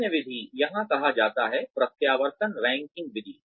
अन्य विधि यहाँ कहा जाता है प्रत्यावर्तन रैंकिंग विधि